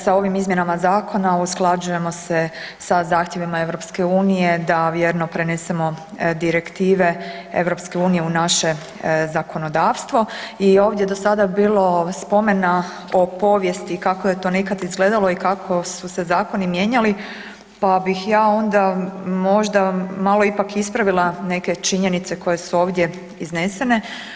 Sa ovim izmjenama Zakona usklađujemo se sa zahtjevima EU da vjerno prenesemo direktive EU u naše zakonodavstvo i ovdje je do sada bilo spomena o povijesti kako je to nekad izgledalo i kako su se zakoni mijenjali, pa bih ja onda možda malo ipak ispravila neke činjenice koje su ovdje iznesene.